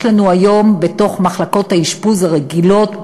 יש לנו היום בתוך מחלקות האשפוז הרגילות,